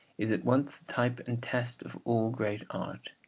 is at once type and test of all great art.